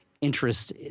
interest